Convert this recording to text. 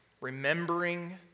remembering